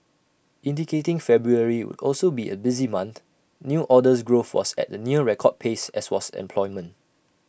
indicating February would also be A busy month new orders growth was at A near record pace as was employment